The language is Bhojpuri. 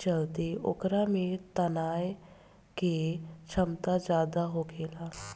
चलते ओकरा में तनाये के क्षमता ज्यादा होखेला